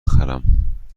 بخرم